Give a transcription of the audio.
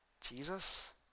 Jesus